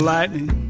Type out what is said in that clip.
Lightning